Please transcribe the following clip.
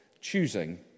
choosing